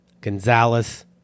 Gonzalez